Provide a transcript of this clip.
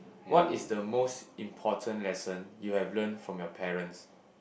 what is the most important lesson you have learnt from your parents